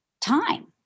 time